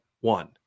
one